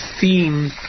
theme